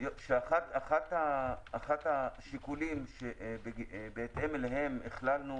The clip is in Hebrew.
אחד השיקולים שבהתאם אליהם הכללנו